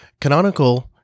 Canonical